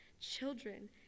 children